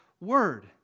word